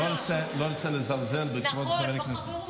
לא רוצה לזלזל בכבוד חבר הכנסת.